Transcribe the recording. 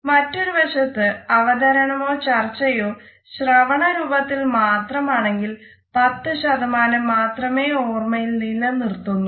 മറ്റൊരു വശത്ത് അവതരണമോ ചർച്ചയോ ശ്രവണ രൂപത്തിൽ മാത്രം ആണെങ്കിൽ 10 മാത്രമേ ഓർമയിൽ നിലനിർത്തുന്നുള്ളു